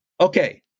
Okay